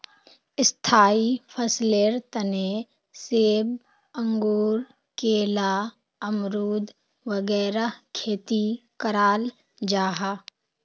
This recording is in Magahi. स्थाई फसलेर तने सेब, अंगूर, केला, अमरुद वगैरह खेती कराल जाहा